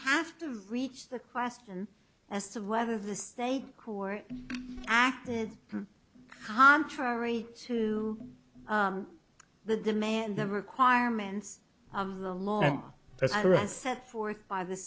have to reach the question as to whether the state court acted contrary to the demand the requirements of the law as are a set forth by the